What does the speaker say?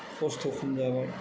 खस्त' खम जाबाय